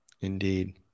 Indeed